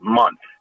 month